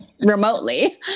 remotely